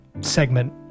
segment